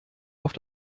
auf